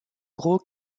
gros